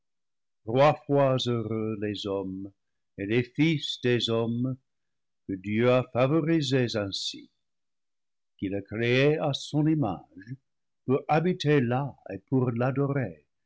trois fois heureux les hommes et les fils des hommes que dieu a favorisés ainsi qu'il a créés à son image pour habiter là et pour l'adorer